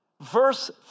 Verse